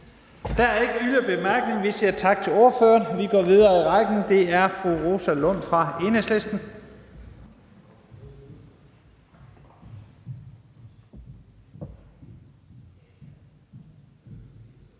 Der er ikke yderligere korte bemærkninger. Vi siger tak til ordføreren og går videre i rækken til fru Rosa Lund fra Enhedslisten.